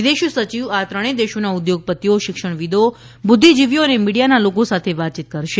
વિદેશ સચિવ આ ત્રણેય દેશોના ઉદ્યોગપતિઓ શિક્ષણવિદો બુદ્ધિજીવીઓ અને મીડીયાના લોકો સાથે વાતચીત કરશે